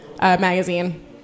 Magazine